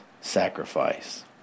sacrifice